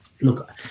Look